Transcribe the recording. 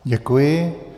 Děkuji.